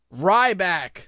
Ryback